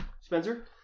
spencer